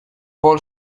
paul